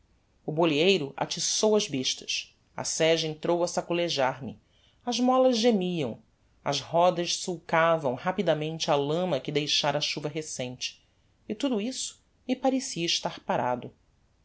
o boleeiro atiçou as bestas a sege entrou a sacolejar me as molas gemiam as rodas sulcavam rapidamente a lama que deixara a chuva recente e tudo isso me parecia estar parado